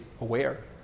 aware